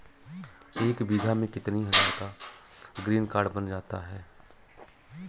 एक बीघा में कितनी हज़ार का ग्रीनकार्ड बन जाता है?